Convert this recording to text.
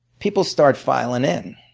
people start filing in.